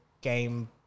game